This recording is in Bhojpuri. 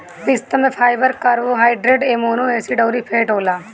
पिस्ता में फाइबर, कार्बोहाइड्रेट, एमोनो एसिड अउरी फैट होला